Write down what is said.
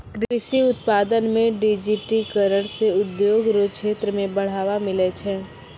कृषि उत्पादन मे डिजिटिकरण से उद्योग रो क्षेत्र मे बढ़ावा मिलै छै